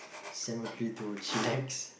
cemetery to chillax